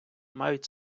мають